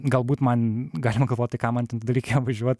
galbūt man galima galvot tai kam man ten reikėjo važiuot